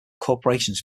corporations